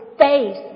face